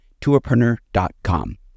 tourpreneur.com